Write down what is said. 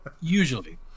usually